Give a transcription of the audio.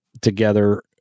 together